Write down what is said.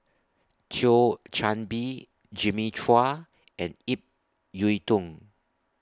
Thio Chan Bee Jimmy Chua and Ip Yiu Tung